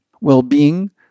Well-being